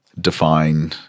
define